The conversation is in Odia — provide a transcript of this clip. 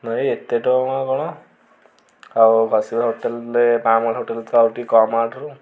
ନାଇଁ ଏତେ ଟଙ୍କା କ'ଣ ଆଉ ଘଷିପୁରା ହୋଟେଲ୍ରେ ମା ମଙ୍ଗଳା ହୋଟେଲ୍ରେ ତ ଆଉ ଟିକେ କମ୍ ଆ ଠାରୁ